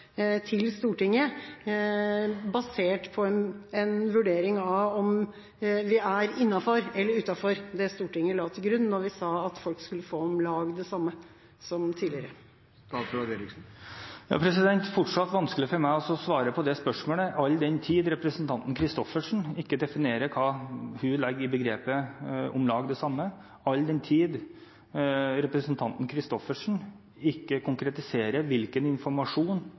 til Stortinget, basert på en vurdering av om vi er innafor eller utafor det Stortinget la til grunn da vi sa at folk skulle få om lag det samme som tidligere? Det er fortsatt vanskelig for meg å svare på det spørsmålet, all den tid representanten Christoffersen ikke definerer hva hun legger i begrepet «om lag det samme», og all den tid representanten Christoffersen ikke konkretiserer hvilken informasjon